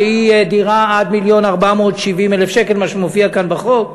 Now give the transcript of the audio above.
שהיא דירה עד מיליון ו-470,000 מה שמופיע כאן בחוק.